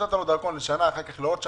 נתת לו דרכון לשנה ואחר כך לעוד שנה,